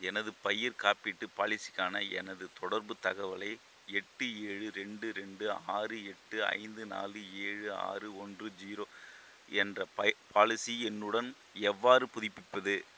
எனது பயிர்க் காப்பீட்டு பாலிசிக்கான எனது தொடர்புத் தகவலை எட்டு ஏழு ரெண்டு ரெண்டு ஆறு எட்டு ஐந்து நாலு ஏழு ஆறு ஒன்று ஜீரோ என்ற ப பாலிசி எண்ணுடன் எவ்வாறு புதுப்பிப்பது